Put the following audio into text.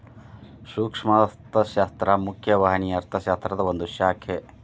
ಸೂಕ್ಷ್ಮ ಅರ್ಥಶಾಸ್ತ್ರ ಮುಖ್ಯ ವಾಹಿನಿಯ ಅರ್ಥಶಾಸ್ತ್ರದ ಒಂದ್ ಶಾಖೆ